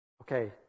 Okay